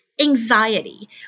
anxiety